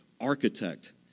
architect